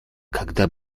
когда